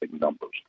numbers